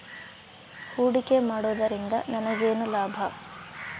ಹೂಡಿಕೆ ಮಾಡುವುದರಿಂದ ನನಗೇನು ಲಾಭ?